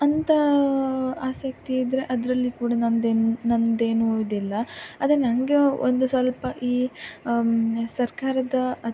ಅಂತಹ ಆಸಕ್ತಿಯಿದ್ದರೆ ಅದರಲ್ಲಿ ಕೂಡ ನಂದೇನು ನನ್ನದೇನು ಇದಿಲ್ಲ ಅದೇ ನನಗೆ ಒಂದು ಸ್ವಲ್ಪ ಈ ಸರ್ಕಾರದ